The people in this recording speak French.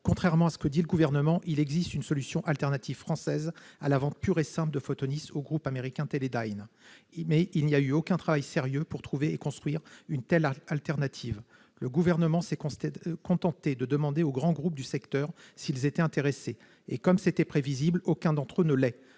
Contrairement à ce qu'indique le Gouvernement, il existe une solution alternative française à la vente pure et simple de Photonis au groupe américain Teledyne, mais aucun travail sérieux n'a été mené pour trouver et construire une telle alternative, le Gouvernement s'étant contenté de demander aux grands groupes du secteur s'ils étaient intéressés. Comme c'était prévisible, aucun d'entre eux ne l'est.